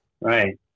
Right